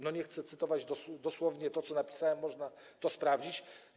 Nie chcę cytować dosłownie tego, co napisałem, można to sprawdzić.